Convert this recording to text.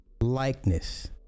likeness